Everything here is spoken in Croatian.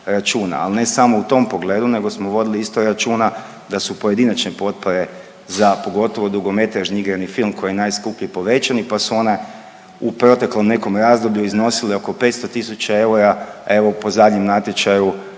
al ne samo u tom pogledu nego smo vodili isto računa da su pojedinačne potpore za pogotovo dugometražni igrani film koji je najskuplji povećani pa su ona u proteklom nekom razdoblju iznosile oko 500 tisuća eura, a evo po zadnjem natječaju